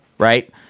Right